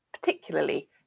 particularly